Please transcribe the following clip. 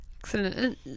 Excellent